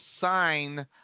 sign